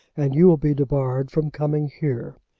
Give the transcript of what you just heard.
and you will be debarred from coming here.